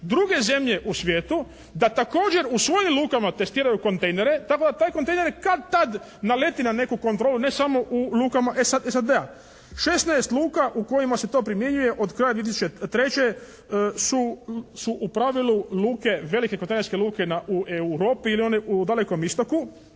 druge zemlje u svijetu da također u svojim lukama testiraju kontejnere tako da taj kontejner kad-tad naleti na neku kontrolu ne samo u lukama SAD-a. 16 luka u kojima se to primjenjuje od kraja 2003. … su u pravilu luke, velike kao … /Govornik se ne razumije./ luke u Europi ili one u dalekom istoku.